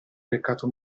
peccato